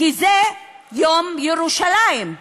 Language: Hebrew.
כי זה יום ירושלים.